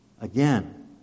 again